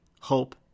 hope